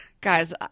Guys